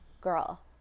girl